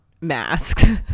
masks